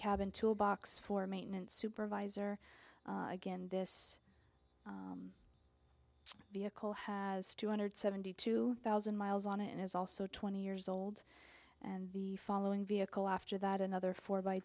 cab into a box for maintenance supervisor again this vehicle has two hundred seventy two thousand miles on it and is also twenty years old and the following vehicle after that another four by